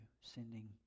sending